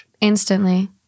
instantly